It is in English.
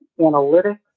analytics